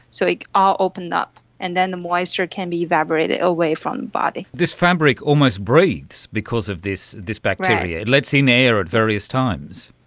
so it ah opens up, and then the moisture can be evaporated away from the body. this fabric almost breathes because of this this bacteria, it lets in air at various times.